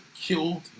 killed